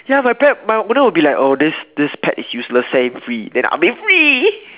ya my pet my owner will be like oh this this pet is useless set it free then I'll be free